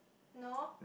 no